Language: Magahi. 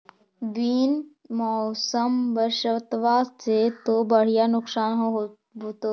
बिन मौसम बरसतबा से तो बढ़िया नुक्सान होब होतै?